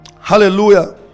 Hallelujah